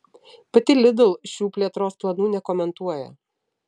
pati lidl šių plėtros planų nekomentuoja